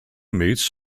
meets